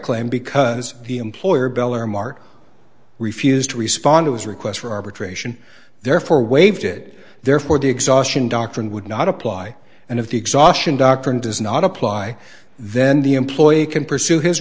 claim because the employer beller mart refused to respond to his requests for arbitration therefore waived it therefore the exhaustion doctrine would not apply and if the exhaustion doctrine does not apply then the employee can pursue his